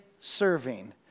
serving